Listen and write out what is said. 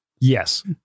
Yes